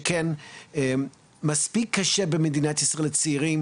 שכן מספיק קשה במדינת ישראל לצעירים